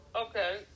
Okay